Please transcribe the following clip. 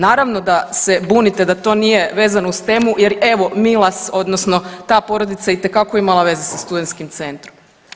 Naravno da se bunite da to nije vezano uz temu jer evo Milas odnosno ta porodica itekako je imala veze sa studentskim centrom.